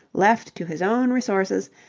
left to his own resources,